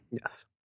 Yes